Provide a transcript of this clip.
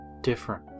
different